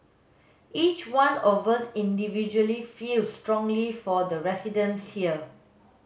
each one of us individually feels strongly for the residents here